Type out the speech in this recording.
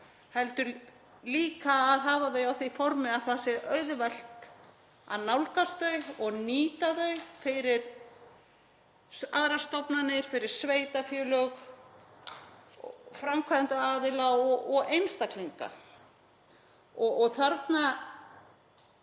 heldur líka að hafa þau á því formi að það sé auðvelt að nálgast þau og nýta þau fyrir aðrar stofnanir, fyrir sveitarfélög, framkvæmdaraðila og einstaklinga. Ég var